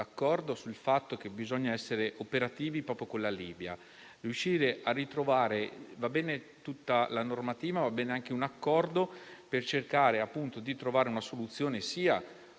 sul fatto che bisogna essere operativi proprio con la Libia. Va bene tutta la normativa, ma occorre anche un accordo per cercare, appunto, sia di trovare una soluzione con